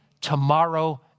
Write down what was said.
tomorrow